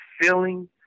feeling